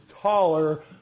taller